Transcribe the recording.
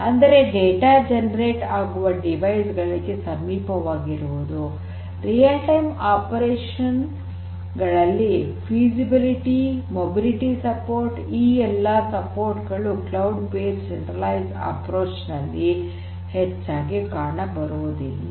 ಅಂದರೆ data generate ಆಗುವ device ಗಳಿಗೆ ಸಮೀಪವಾಗಿರುವುದು ರಿಯಲ್ ಟೈಮ್ ಅಪರೇಷನ್ ಗಳಲ್ಲಿ ಫಿಸಿಬಿಲಿಟಿ ಮೊಬಿಲಿಟಿ ಸಪೋರ್ಟ್ ಈ ಎಲ್ಲಾ ಸಪೋರ್ಟ್ ಗಳು ಕ್ಲೌಡ್ ಬೇಸ್ಡ್ ಸೆಂಟ್ರಲೈಜ್ಡ್ ಅಪ್ಪ್ರೋಚ್ ನಲ್ಲಿ ಹೆಚ್ಚಾಗಿ ಕಾಣಬರುವುದಿಲ್ಲ